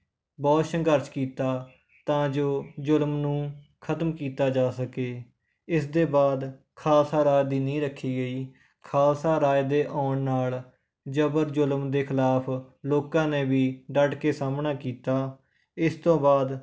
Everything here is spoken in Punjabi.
ਬਹੁਤ ਸੰਘਰਸ਼ ਕੀਤਾ ਤਾਂ ਜੋ ਜ਼ੁਲਮ ਨੂੰ ਖ਼ਤਮ ਕੀਤਾ ਜਾ ਸਕੇ ਇਸ ਦੇ ਬਾਅਦ ਖਾਲਸਾ ਰਾਜ ਦੀ ਨੀਂਹ ਰੱਖੀ ਗਈ ਖ਼ਾਲਸਾ ਰਾਜ ਦੇ ਆਉਣ ਨਾਲ ਜਬਰ ਜ਼ੁਲਮ ਦੇ ਖਿਲਾਫ ਲੋਕਾਂ ਨੇ ਵੀ ਡੱਟ ਕੇ ਸਾਹਮਣਾ ਕੀਤਾ ਇਸ ਤੋਂ ਬਾਅਦ